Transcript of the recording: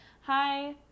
hi